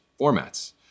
formats